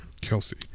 Kelsey